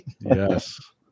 Yes